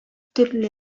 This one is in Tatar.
төрле